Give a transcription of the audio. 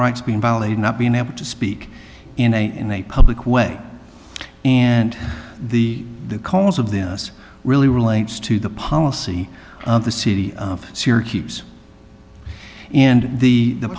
rights being violated not being able to speak in a in a public way and the cause of this really relates to the policy of the city of syracuse and the he